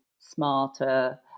smarter